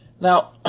Now